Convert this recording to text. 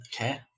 okay